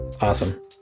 Awesome